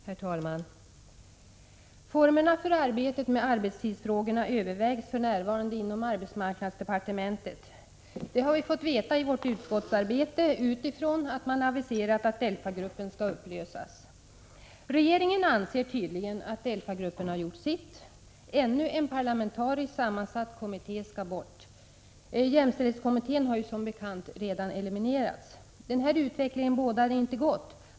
Herr talman! Formerna för arbetet med arbetstidsfrågorna övervägs för närvarande inom arbetsmarknadsdepartementet. Det har vi fått veta i vårt utskottsarbete, utifrån att man aviserat att DELFA-gruppen skall upplösas. Regeringen anser tydligen att DELFA-gruppen har gjort sitt. Ännu en parlamentariskt sammansatt kommitté skall bort. Jämställdhetskommittén har som bekant redan eliminerats. Den här utvecklingen bådar inte gott.